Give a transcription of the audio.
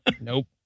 Nope